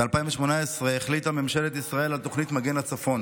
ב-2018 החליטה ממשלת ישראל על תוכנית מגן לצפון